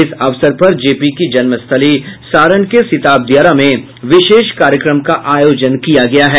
इस अवसर पर जेपी की जन्मस्थली सारण के सिताब दियारा में विशेष कार्यक्रम का आयोजन किया गया है